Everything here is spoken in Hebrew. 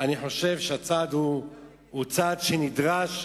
אני חושב שהצעד הוא צעד נדרש.